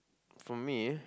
for me